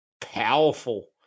Powerful